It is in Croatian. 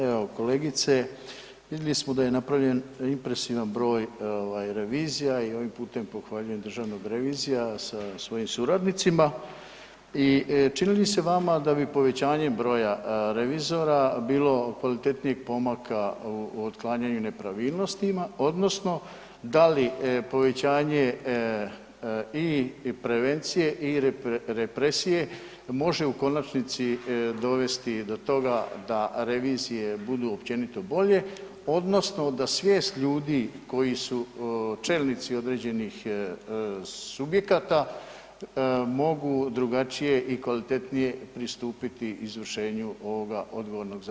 Evo kolegice, vidjeli smo da je napravljen impresivan broj revizija i ovim putem pohvaljujem državnog revizora sa svojim suradnicima i čini li se vama da bi povećanjem broja revizora bilo kvalitetnijeg pomaka u otklanjanju nepravilnostima odnosno da li povećanje i prevencije i represije može u konačnici dovesti do toga da revizije budu općenito bolje odnosno da svijest ljudi koji su čelnici određenih subjekata mogu drugačije i kvalitetnije pristupiti izvršenju ovoga odgovornog zadatka?